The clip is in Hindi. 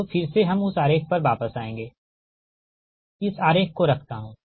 अब फिर से हम उस आरेख पर वापस आएँगे इस आरेख को रखता हूँ